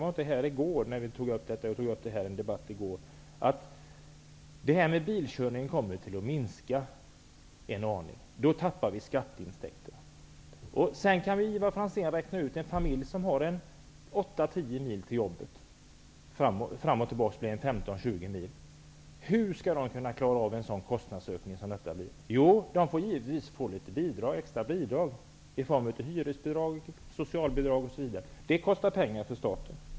Jag riktar mig till Ivar Franzén som inte var här vid gårdagens debatt. Bilåkandet kommer att minska en aning i omfattning. Vi tappar då skatteintäkter. Ivar Franzén kan säkert räkna ut själv hur svårt det blir för en familj som har en åtta till tio mil till jobbet -- 16--20 mil fram och tillbaka -- att klara av en sådan här kostnadsökning. Givetvis får de litet extra bidrag i form av hyresbidrag, socialbidrag, osv. Det kostar pengar för staten.